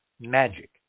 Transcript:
magic